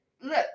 look